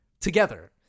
together